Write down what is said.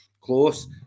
close